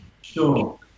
Sure